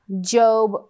Job